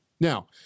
Now